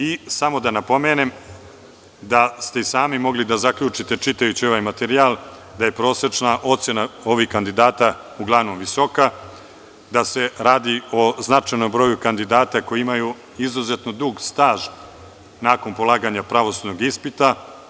I samo da napomenem da ste i sami mogli da zaključite, čitajući ovaj materijal, da je prosečna ocena ovih kandidata uglavnom visoka, da se radi o značajnom broju kandidata koji imaju izuzetno dug staž nakon polaganja pravosudnog ispita.